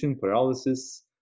paralysis